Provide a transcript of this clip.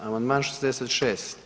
Amandman 66.